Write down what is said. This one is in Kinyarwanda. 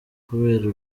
kubera